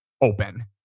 open